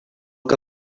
que